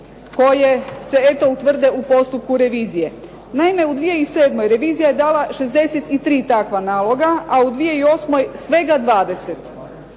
koje se eto utvrde u postupku revizije. Naime u 2007. revizija je dala 63 takva naloga, a u 2008. svega 20.,